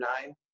nine